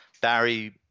Barry